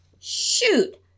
Shoot